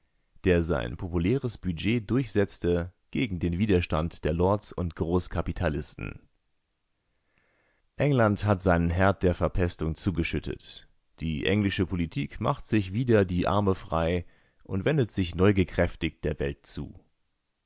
der sein populäres budget durchsetzte gegen den widerstand der lords und großkapitalisten england hat seinen herd der verpestung zugeschüttet die englische politik macht sich wieder die arme frei und wendet sich neugekräftigt der welt zu